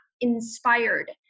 inspired